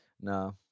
no